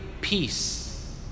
peace